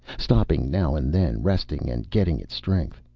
stopping now and then, resting and getting its strength.